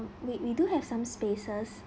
we we do have some spaces